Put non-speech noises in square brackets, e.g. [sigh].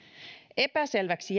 epäselväksi [unintelligible]